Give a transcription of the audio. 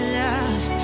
love